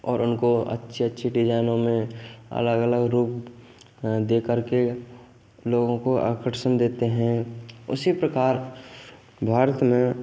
और उनको अच्छी अच्छी डिजाइनो में अलग अलग रूप देकर के लोगों को आकर्षण देते हैं उसी प्रकार भारत में